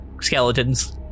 skeletons